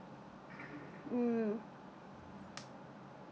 mm